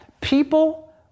People